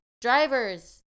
drivers